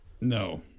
no